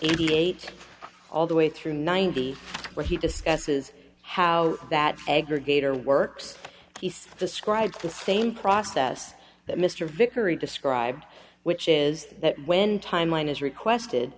eighty eight all the way through ninety where he discusses how that aggregator works he's described the same process that mr vickery described which is that when timeline is requested